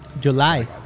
July